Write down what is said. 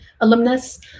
alumnus